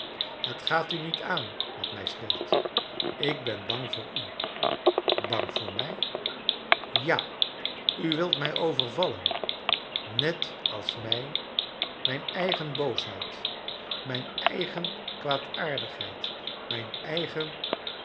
het gaat u aiet aan wat mij scheelt ik ben bang voor u bang voor mij ja u wilt mij overvallen not j als mij mijn eigen booshoid mijn i eigen kwaadaardigheid mijn eigen